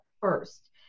first